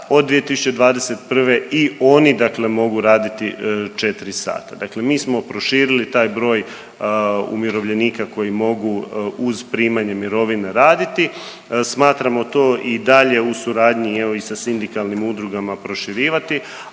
od 2021. i oni dakle mogu dakle raditi 4 sata. Dakle mi smo proširili taj broj umirovljenika koji mogu uz primanje mirovine raditi. Smatramo to i dalje u suradnji evo i sa sindikalnim udrugama proširivati,